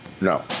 No